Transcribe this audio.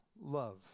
love